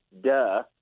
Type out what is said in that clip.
Duh